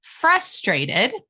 frustrated